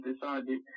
decided